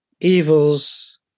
evil's